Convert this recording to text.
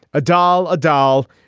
a doll. a doll.